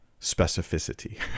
specificity